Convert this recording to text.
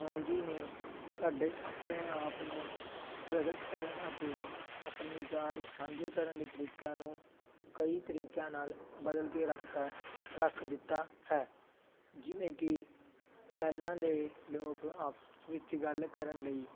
technology ਨੇ ਸਾਡੇ ਆਪਣੇ ਆਪ ਨੂੰ ਪ੍ਰਗਟ ਕਰਨ ਅਤੇ ਆਪਣੇ ਵਿਚਾਰ ਸਾਂਝੇ ਕਰਨ ਦੇ ਤਰੀਕਿਆਂ ਨੂੰ ਕਈ ਤਰੀਕਿਆਂ ਨਾਲ ਬਦਲ ਕੇ ਰੱਖਤਾ ਰੱਖ ਦਿੱਤਾ ਹੈ ਜਿਵੇਂ ਕਿ ਪਹਿਲਾਂ ਦੇ ਲੋਕ ਆਪਸ ਵਿੱਚ ਗੱਲ ਕਰਨ ਲਈ